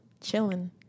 chilling